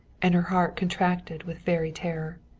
and her heart contracted with very terror.